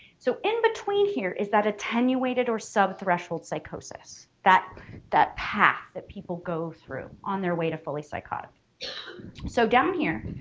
so in between here is that attenuated or sub-threshold psychosis that that path that people go through on their way to fully psychotic so down here